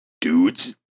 dudes